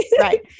right